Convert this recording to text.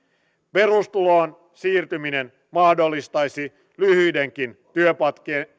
perustuloon siirtyminen mahdollistaisi lyhyidenkin työpätkien